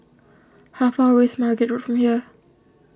how far away is Margate Road from here